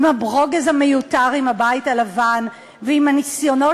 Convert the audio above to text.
עם הברוגז המיותר עם הבית הלבן ועם הניסיונות